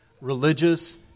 religious